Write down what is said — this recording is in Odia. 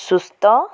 ସୁସ୍ଥ